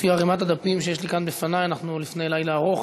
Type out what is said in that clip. לפי ערימת הדפים שיש לי כאן בפני אנחנו לפני לילה ארוך,